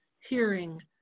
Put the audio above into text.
hearing